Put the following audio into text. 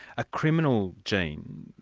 a criminal gene?